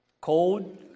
cold